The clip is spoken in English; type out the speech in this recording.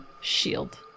shield